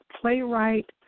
playwright